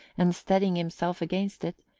and steadying himself against it,